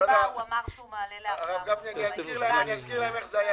הוא יכול להגיש תצהיר אם הוא קיבל או לא קיבל.